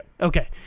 Okay